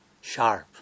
sharp